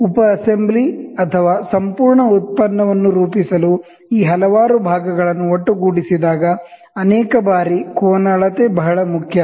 ಉಪ ಅಸೆಂಬ್ಲಿ ಅಥವಾ ಸಂಪೂರ್ಣ ಉತ್ಪನ್ನವನ್ನು ರೂಪಿಸಲು ಈ ಹಲವಾರು ಭಾಗಗಳನ್ನು ಒಟ್ಟುಗೂಡಿಸಿದಾಗ ಅನೇಕ ಬಾರಿಆಂಗಲ್ ಅಳತೆ ಬಹಳ ಮುಖ್ಯ